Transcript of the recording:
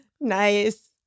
nice